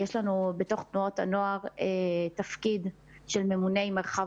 יש לנו בתוך תנועות הנוער תפקיד של ממוני מרחב